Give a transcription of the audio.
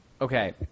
Okay